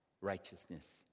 righteousness